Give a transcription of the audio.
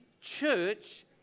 church